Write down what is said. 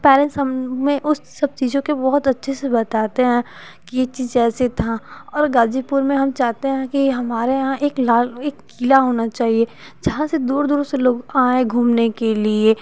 फिर पेरेंट्स हमें उस सब चीजों के बहुत अच्छे से बताते हैं की ये सब ऐसे था और गाजीपुर में हम चाहते हैं की हमारे यहाँ एक लाल एक किला होना चाहिए जहाँ से दूर दूर से लोग आयें घूमने के लिए